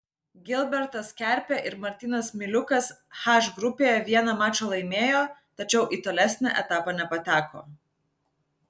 gilbertas kerpė ir martynas miliukas h grupėje vieną mačą laimėjo tačiau į tolesnį etapą nepateko